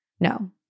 No